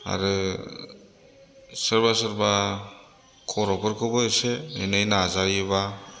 आरो सोरबा सोरबा खर'फोरखौबो एसे एनै नाजायोबा